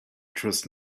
trust